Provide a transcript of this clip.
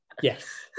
yes